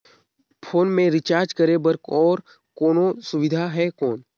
Phone मे recharge करे बर और कोनो सुविधा है कौन?